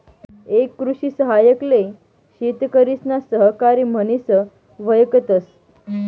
एक कृषि सहाय्यक ले शेतकरिसना सहकारी म्हनिस वयकतस